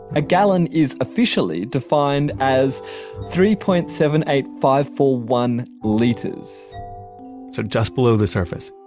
a gallon is officially defined as three point seven eight five four one liters so just below the surface,